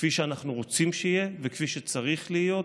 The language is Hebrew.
כפי שאנחנו רוצים שיהיה וכפי שצריך להיות.